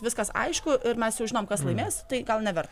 viskas aišku ir mes jau žinom kas laimės tai gal neverta